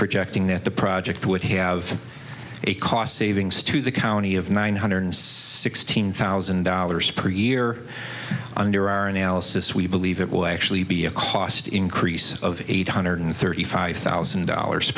projecting that the project would have a cost savings to the county of nine hundred sixteen thousand dollars per year under our analysis we believe it will actually be a cost increase of eight hundred thirty five thousand dollars